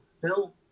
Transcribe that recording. Bill